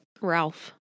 Ralph